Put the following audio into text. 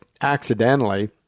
accidentally